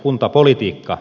puhemies